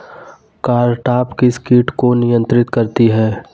Cartap किस किट को नियंत्रित करती है?